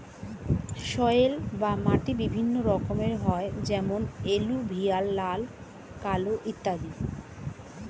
soil বা মাটি বিভিন্ন রকমের হয় যেমন এলুভিয়াল, লাল, কালো ইত্যাদি